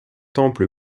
temple